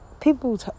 people